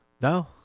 No